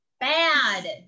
bad